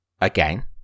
again